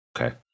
Okay